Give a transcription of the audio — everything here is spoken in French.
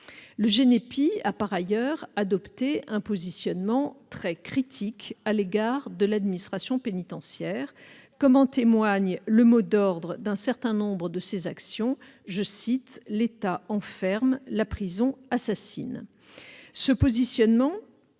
le GENEPI a adopté un positionnement très critique à l'égard de l'administration pénitentiaire, comme en témoigne le mot d'ordre d'un certain nombre de ses actions :« L'État enferme, la prison assassine ».